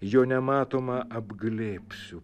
jo nematomą apglėbsiu